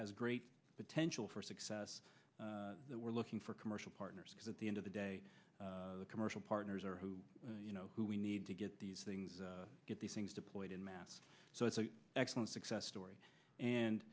has great potential for success that we're looking for commercial partners at the end of the day the commercial partners are who you know who we need to get these things get these things deployed in mass so it's an excellent success story and